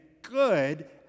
good